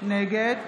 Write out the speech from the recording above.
נגד